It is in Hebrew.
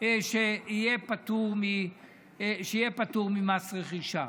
שיהיה פטור ממס רכישה.